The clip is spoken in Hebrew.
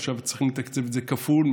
עכשיו צריכים לתקצב את זה כפול,